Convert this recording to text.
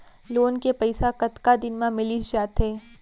Loan के पइसा कतका दिन मा मिलिस जाथे?